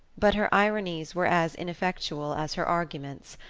but her ironies were as ineffectual as her arguments,